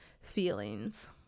feelings